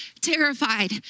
terrified